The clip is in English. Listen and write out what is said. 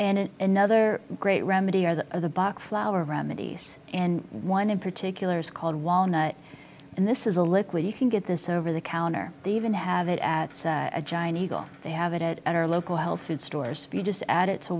and another great remedy or that of the box flower remedies and one in particular is called walnut and this is a liquid you can get this over the counter they even have it at a giant eagle they have it at our local health food stores you just add it to